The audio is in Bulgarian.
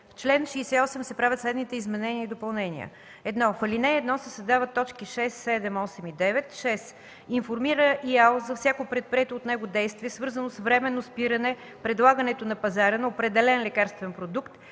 В чл. 68 се правят следните изменения и допълнения: 1. В ал. 1 се създават т. 6, 7, 8 и 9: „6. информира ИАЛ за всяко предприето от него действие, свързано с временно спиране предлагането на пазара на определен лекарствен продукт,